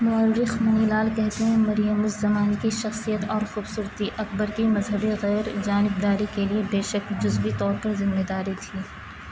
مؤرخ منی لال کہتے ہیں مریم الزمان کی شخصیت اور خوبصورتی اکبر کی مذہبی غیر جانبداری کے لیے بے شک جزوی طور پر ذمہ داری تھی